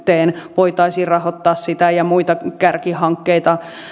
voitaisiin rahoittaa sitä ja muita kärkihankkeita